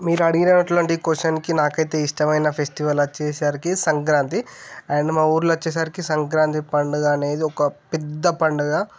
మీరు అడిగినటువంటి క్వశ్చన్కి నాకైతే ఇష్టమైన ఫెస్టివల్ వచ్చేసరికి సంక్రాంతి అండ్ మా ఊళ్ళో వచ్చేసరికి సంక్రాంతి పండుగ అనేది ఒక పెద్ద పండుగ